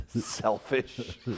Selfish